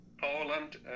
Poland